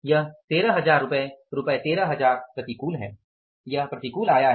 13000 रुपये रुपये 13000 प्रतिकूल है